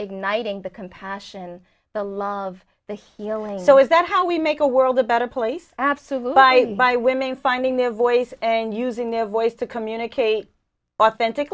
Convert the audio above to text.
igniting the compassion the love the healing though is that how we make a world a better place absolute but i by women finding their voice and using their voice to communicate authentic